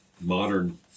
modern